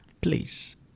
please